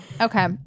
Okay